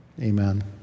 amen